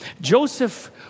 Joseph